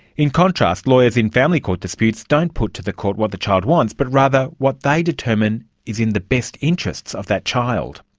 in contrast, lawyers in family court disputes don't put to the court what the child wants but rather what they determine is in the best interests of that child.